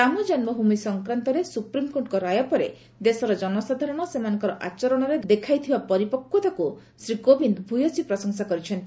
ରାମ ଜନ୍ମଭୂମି ସଂକ୍ରାନ୍ତରେ ସୁପ୍ରମ୍କୋର୍ଟଙ୍କ ରାୟ ପରେ ଦେଶର ଜନସାଧାରଣ ସେମାନଙ୍କର ଆଚରଣରେ ଦେଖାଇଥିବା ପରିପକ୍ୱତାକୁ ଶ୍ରୀ କୋବିନ୍ଦ ଭୂୟସୀ ପ୍ରଶଂସା କରିଛନ୍ତି